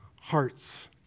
hearts